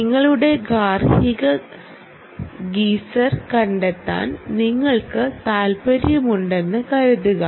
നിങ്ങളുടെ ഗാർഹിക ഗീസർ കണ്ടെത്താൻ നിങ്ങൾക്ക് താൽപ്പര്യമുണ്ടെന്ന് കരുതുക